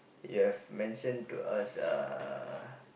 you've mentioned to us uh